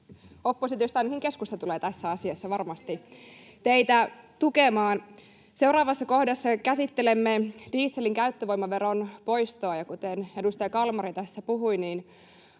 oppositiosta ainakin keskusta tulee tässä asiassa varmasti teitä tukemaan. [Riikka Purran välihuuto] Seuraavassa kohdassa käsittelemme dieselin käyttövoimaveron poistoa. Kuten edustaja Kalmari tässä puhui,